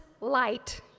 light